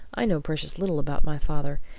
i know precious little about my father,